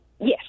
Yes